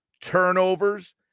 turnovers